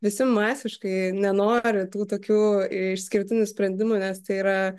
visi masiškai nenori tų tokių išskirtinių sprendimų nes tai yra